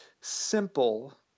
simple